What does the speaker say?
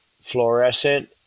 fluorescent